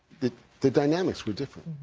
the the dynamics were different.